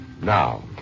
Now